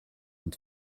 und